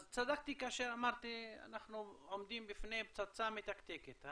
אז צדקתי כאשר אמרתי שאנחנו עומדים בפני פצצה מתקתקת.